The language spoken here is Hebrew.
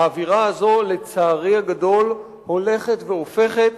האווירה הזאת, לצערי הגדול, הולכת והופכת